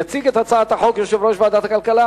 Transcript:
יציג את הצעת החוק יושב-ראש ועדת הכלכלה,